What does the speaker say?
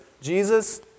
Jesus